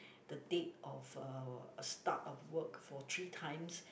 the date of uh a start of work for three times